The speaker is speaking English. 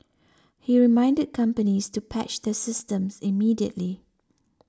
he reminded companies to patch their systems immediately